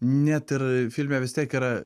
net ir filme vis tiek yra